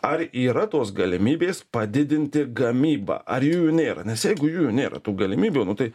ar yra tos galimybės padidinti gamybą ar jų jų nėra nes jeigu jų jų nėra tų galimybių nu tai